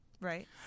right